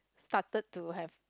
started to have